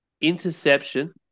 interception